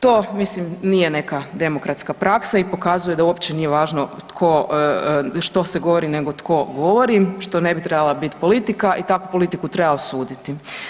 To mislim nije neka demokratska praksa i pokazuje da uopće nije važno što se govori, nego tko govori što ne bi trebala bit politika i takvu politiku treba osuditi.